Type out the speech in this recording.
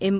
M